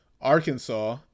Arkansas